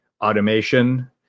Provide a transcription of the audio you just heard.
automation